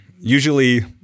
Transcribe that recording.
usually